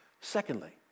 Secondly